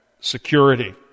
security